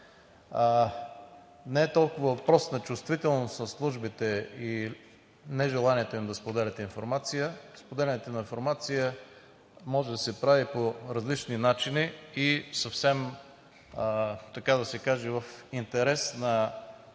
Не е толкова въпрос на чувствителност на службите и нежеланието им да споделят информация, споделянето на информация може да се прави по различни начини и съвсем, така да се каже, в интерес на